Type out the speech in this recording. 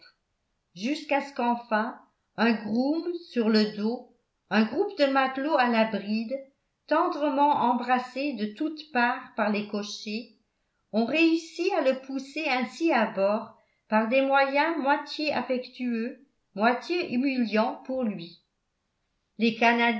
jusqu'à ce qu'enfin un groom sur le dos un groupe de matelots à la bride tendrement embrassé de toutes parts par les cochers on réussît à le pousser ainsi à bord par des moyens moitié affectueux moitié humiliants pour lui les